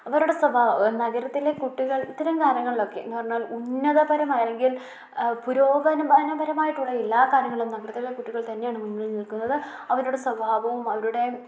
അവരുടെ സ്വഭാവ നഗരത്തിലെ കുട്ടികൾ ഇത്തരം കാര്യങ്ങളിലൊക്കെ എന്ന് പറഞ്ഞാൽ ഉന്നതപരമായ അല്ലെങ്കിൽ പുരോഗമനപരമായിട്ടുള്ള എല്ലാ കാര്യങ്ങളും നഗരത്തിലെ കുട്ടികൾ തന്നെയാണ് മുന്നിൽ നിൽക്കുന്നത് അവരുടെ സ്വഭാവവും അവരുടെ